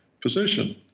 position